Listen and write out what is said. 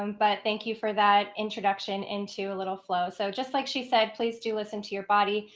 um but thank you for that introduction into a little flow. so just like she said, please do listen to your body.